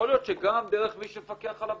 יכול להיות שגם דרך מי שמפקח על הבורסה.